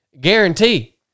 guarantee